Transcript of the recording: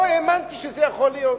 לא האמנתי שזה יכול להיות.